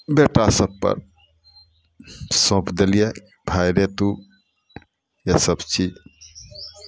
बेटासभपर सौँप देलियै भाय रे तू जे सभ छी